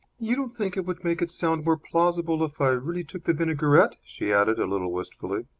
you don't think it would make it sound more plausible if i really took the vinaigrette? she added, a little wistfully.